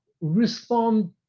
respond